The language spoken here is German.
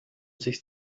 sich